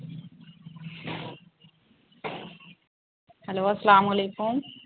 hello السلام علیکم